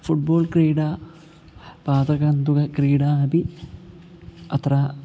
football क्रीडा पादकन्दुकक्रीडा अपि अत्र